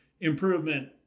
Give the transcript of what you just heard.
improvement